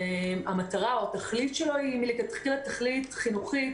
המטרה או התכלית שלו היא מלכתחילה תכלית חינוכית